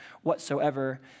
whatsoever